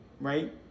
Right